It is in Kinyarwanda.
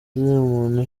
umuntu